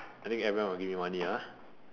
I think everyone will give me money ah